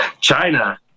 China